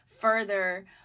further